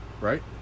right